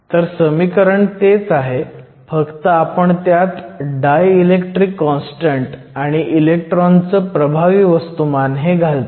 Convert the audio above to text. तर समीकरण तेच आहे फक्त आपण त्यात डायइलेक्ट्रिक कॉन्स्टंट आणि इलेक्ट्रॉनचं प्रभावी वस्तुमान घालतोय